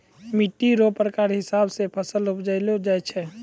मिट्टी रो प्रकार हिसाब से फसल उपजैलो जाय छै